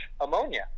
ammonia